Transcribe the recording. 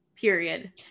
period